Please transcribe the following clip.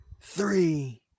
Three